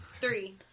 Three